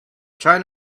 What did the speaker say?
trying